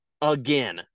Again